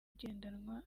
igendanwa